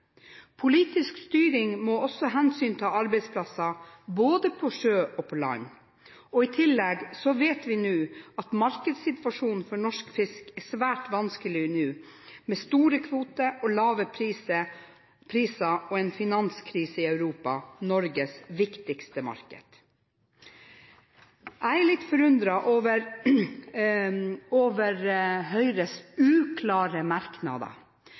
politisk styring av en næring. Politisk styring må også hensynta arbeidsplasser både på sjø og på land. I tillegg vet vi at markedssituasjonen for norsk fisk nå er svært vanskelig, med store kvoter, lave priser og en finanskrise i Europa – Norges viktigste marked. Jeg er litt forundret over Høyres uklare merknader,